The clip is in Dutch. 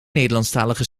nederlandstalige